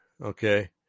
okay